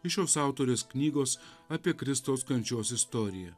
iš šios autorės knygos apie kristaus kančios istoriją